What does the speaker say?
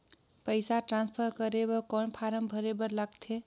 पईसा ट्रांसफर करे बर कौन फारम भरे बर लगथे?